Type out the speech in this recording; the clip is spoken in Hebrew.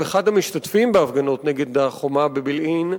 אחד המשתתפים בהפגנות נגד החומה בבילעין,